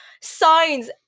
Signs